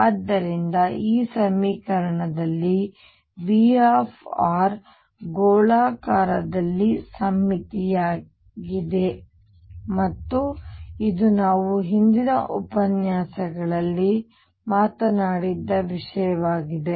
ಆದ್ದರಿಂದ ಈ ಸಮೀಕರಣದಲ್ಲಿ V ಗೋಲಾಕಾರದಲ್ಲಿ ಸಮ್ಮಿತೀಯವಾಗಿದೆ ಮತ್ತು ಇದು ನಾವು ಹಿಂದಿನ ಉಪನ್ಯಾಸಗಳಲ್ಲಿ ಮಾತನಾಡಿದ್ದ ವಿಷಯವಾಗಿದೆ